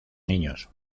niños